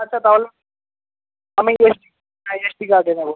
আচ্ছা তাহলে আমি এসডি হ্যাঁ এসডি কার্ডে নেব